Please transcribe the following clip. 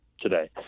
today